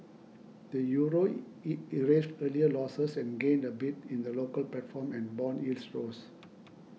the Euro erased earlier losses and gained a bit in the local platform and bond yields rose